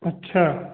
अच्छा